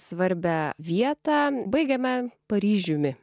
svarbią vietą baigėme paryžiumi